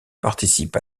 participe